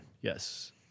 Yes